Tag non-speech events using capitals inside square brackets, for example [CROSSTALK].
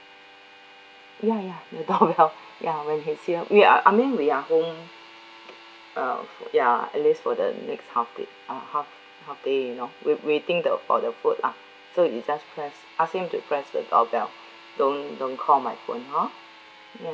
ya ya the doorbell [LAUGHS] ya when he's here ya I mean we are home uh f~ ya at least for the next half day uh half half day you know we waiting the for the food lah so you just press ask him to press the doorbell don't don't call my phone hor mm